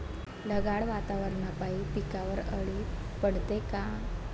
ढगाळ वातावरनापाई पिकावर अळी पडते का?